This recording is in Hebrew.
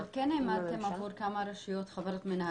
אבל כן העמדתם עבור כמה רשויות חברות מנהלות,